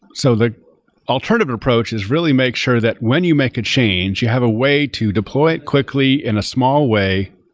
so the alternative approach is really make sure that when you make a change, you have a way to deploy it quickly in a small way,